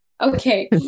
Okay